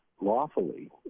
lawfully